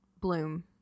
bloom